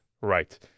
right